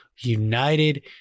United